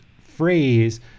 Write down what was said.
phrase